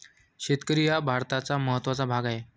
शेतकरी हा भारताचा महत्त्वाचा भाग आहे